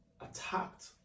attacked